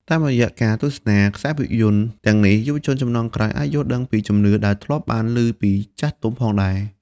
តាមរយៈការទស្សនាខ្សែភាពយន្តទាំងនេះ យុវជនជំនាន់ក្រោយអាចយល់ដឹងពីជំនឿដែលធ្លាប់បានលឺពីចាស់ទុំផងដែរ។